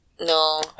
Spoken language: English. No